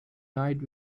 night